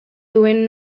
duen